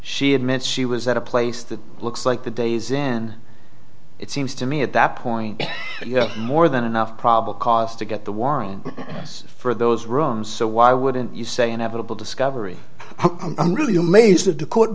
she admits she was at a place that looks like the days inn it seems to me at that point you have more than enough probable cause to get the warrant for those rooms so why wouldn't you say inevitable discovery i'm really amazed that the court